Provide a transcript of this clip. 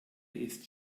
ist